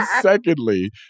secondly